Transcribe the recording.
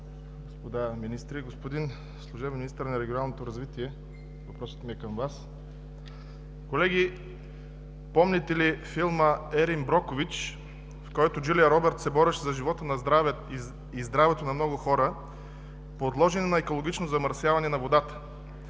господа министри! Господин служебен Министър на регионалното развитие и благоустройството, въпросът ми е към Вас. Колеги, помните ли филма „Ерин Брокович“, в който Джулия Робъртс се бореше за живота и здравето на много хора, подложени на екологично замърсяване на водата?